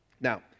Now